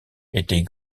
était